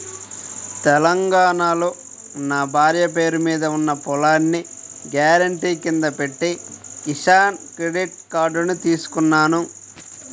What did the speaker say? తెలంగాణాలో నా భార్య పేరు మీద ఉన్న పొలాన్ని గ్యారెంటీ కింద పెట్టి కిసాన్ క్రెడిట్ కార్డుని తీసుకున్నాను